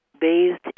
bathed